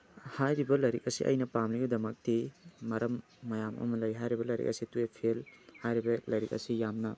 ꯍꯥꯏꯔꯤꯕ ꯂꯥꯏꯔꯤꯛ ꯑꯁꯤ ꯑꯩꯅ ꯄꯥꯝꯂꯤꯕꯒꯤꯗꯃꯛꯇꯤ ꯃꯔꯝ ꯃꯌꯥꯝ ꯑꯃ ꯂꯩ ꯍꯥꯏꯔꯤꯕ ꯂꯥꯏꯔꯤꯛ ꯑꯁꯤ ꯇꯨꯌꯦꯐ ꯐꯦꯜ ꯍꯥꯏꯔꯤꯕ ꯂꯥꯏꯔꯤꯛ ꯑꯁꯤ ꯌꯥꯝꯅ